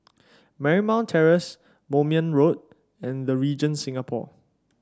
Marymount Terrace Moulmein Road and The Regent Singapore